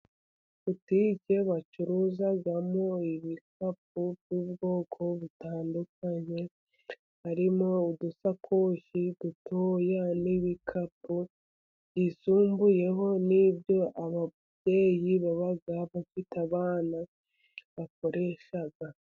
Butike bacuruzamo ibikapu by'ubwoko butandukanye, harimo udusakoshi dutoya, n'ibikapu byisumbuyeho n'ibyo ababyeyi baba bafite abana bakoresha.